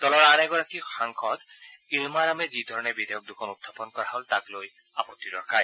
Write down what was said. দলৰ আন এগৰাকী সাংসদ ইলমাৰামে যিধৰণে বিধেয়ক দুখন উখাপন কৰা হল তাক লৈ আপত্তি দৰ্শায়